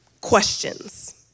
Questions